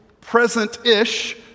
present-ish